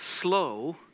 slow